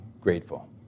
grateful